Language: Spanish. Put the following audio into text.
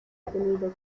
tendido